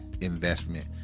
investment